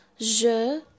Je